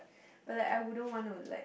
but like I wouldn't wanna like